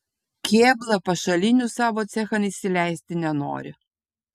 kėbla pašalinių savo cechan įsileisti nenori